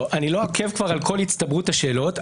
אני לא עוקב אחרי כל הצטברות השאלות,